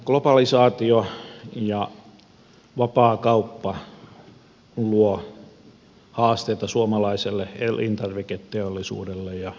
globalisaatio ja vapaakauppa luo haasteita suomalaiselle elintarviketeollisuudelle alkutuotannolle ja maataloudelle